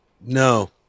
No